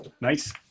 Nice